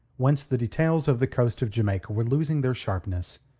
whence the details of the coast of jamaica were losing their sharpness,